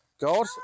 God